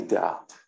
doubt